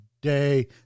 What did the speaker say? day